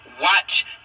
watch